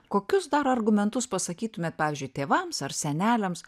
kokius dar argumentus pasakytumėt pavyzdžiui tėvams ar seneliams